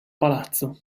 palazzo